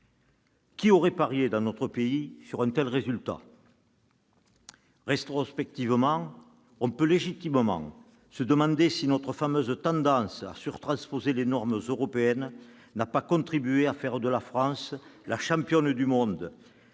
Qui aurait parié, dans notre pays, sur un tel résultat ?